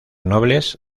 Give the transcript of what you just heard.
nobles